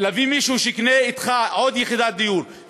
להביא מישהו שיקנה אתך עוד יחידת דיור,